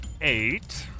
eight